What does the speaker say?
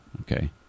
Okay